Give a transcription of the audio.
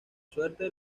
suerte